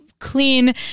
clean